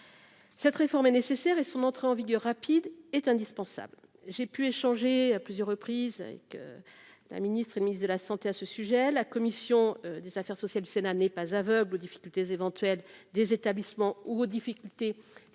cette réforme est nécessaire et son entrée en vigueur rapide est indispensable, j'ai pu échanger à plusieurs reprises que la ministre et ministre de la Santé à ce sujet, la commission des affaires sociales du Sénat n'est pas aveugle aux difficultés éventuelles des établissements ou aux difficultés techniques